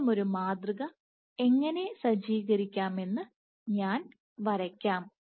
അത്തരമൊരു മാതൃക എങ്ങനെ സജ്ജീകരിക്കാമെന്ന് ഞാൻ വരയ്ക്കാം